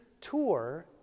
tour